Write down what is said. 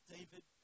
David